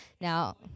Now